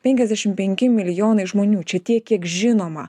penkiasdešim penki milijonai žmonių čia tiek kiek žinoma